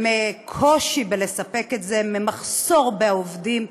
מקושי בלספק את זה, ממחסור בעובדים,